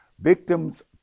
victims